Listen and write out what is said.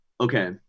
okay